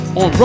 on